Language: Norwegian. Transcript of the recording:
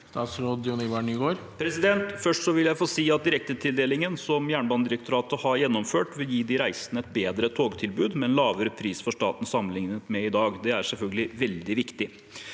Statsråd Jon-Ivar Nygård Først vil jeg si at direktetildelingen som Jernbanedirektoratet har gjennomført, vil gi de reisende et bedre togtilbud, med en lavere pris for staten sammenlignet med i dag. Det er selvfølgelig veldig viktig.